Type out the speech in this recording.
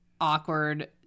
awkward –